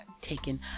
taken